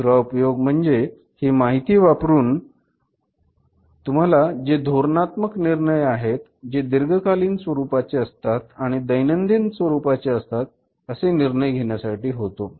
दुसरा उपयोग म्हणजे ही माहिती वापरून तुम्हाला जे धोरणात्मक निर्णय आहेत जे दीर्घकालीन स्वरूपाचे असतात आणि दैनंदिन स्वरूपाचे असतात असे निर्णय घेण्यासाठी होतो